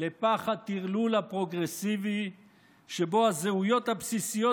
לפח הטרלול הפרוגרסיבי שבו הזהויות הבסיסיות